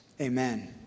amen